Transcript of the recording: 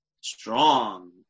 strong